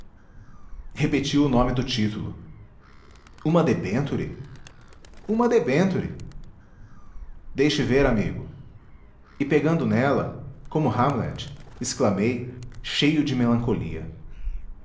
repetiu o nome do título uma debenture uma debentule deixe ver amigo e pegando nela como hamlet exclamei cheio de melancolia